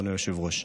אדוני היושב-ראש.